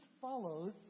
follows